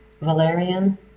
Valerian